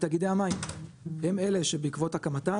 שתאגידי המים הם אלה שבעקבות הקמתם,